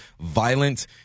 violent